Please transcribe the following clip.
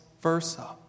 versa